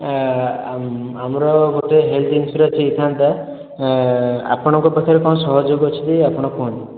ଆମର ଗୋଟିଏ health insurance ହେଇଥାନ୍ତା ଆପଣଙ୍କ ପାଖରେ କ'ଣ ସହଯୋଗ ଅଛି ଯଦି ଆପଣ କୁହନ୍ତୁ